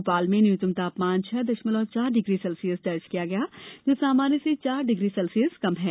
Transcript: भोपाल में न्यूनतम तापमान छह दशमलव चार डिग्री सेल्सियस दर्ज किया गया जो सामान्य से चार डिग्री सेल्सियस कम है